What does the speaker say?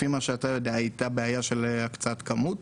הייתה בעיה של הקצאת כמות?